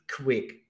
quick